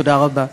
תודה רבה.